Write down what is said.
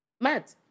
Mad